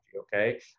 Okay